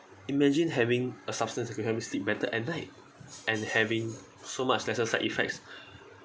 imagine having a substance that could help you sleep better at night and having so much lesser side effects